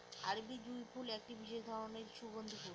আরবি জুঁই ফুল একটি বিশেষ ধরনের সুগন্ধি ফুল